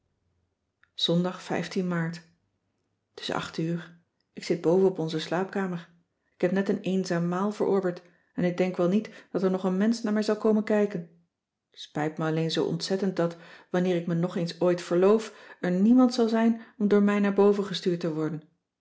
ondag aart t s acht uur ik zit boven op onze slaapkamer ik heb net een eenzaam maal verorberd en ik denk wel niet dat er nog een mensch naar mij zal komen kijken t spijt me alleen zoo ontzettend dat wanneer k me nog eens ooit verloof er niemand zal zijn om door mij naar boven gestuurd te worden